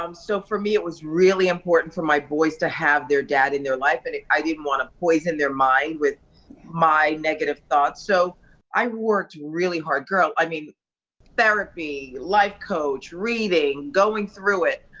um so for me it was really important for my boys to have their dad in their life and i didn't wanna poison their mind with my negative thoughts, so i worked really hard. girl, i mean therapy, life coach, reading, going through it,